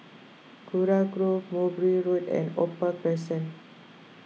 Kurau Grove Mowbray Road and Opal Crescent